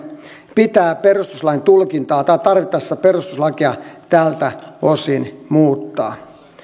pitää perustuslain tulkintaa tai tarvittaessa perustuslakia tältä osin muuttaa